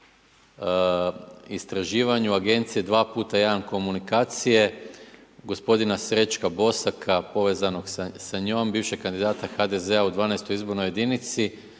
istraživanju agencije 2x1 komunikacije, gospodina Srećka Bosaka povezanog sa njom, bivšeg kandidata HDZ-a u XII. Izbornoj jedinici,